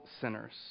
sinners